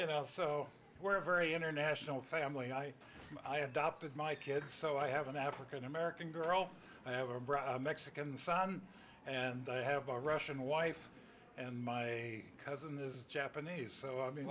you know so we're a very international family i adopted my kids so i have an african american girl i have a brother mexican fan and i have a russian wife and my cousin is japanese so i mean